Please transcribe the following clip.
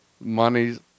money